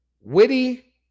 witty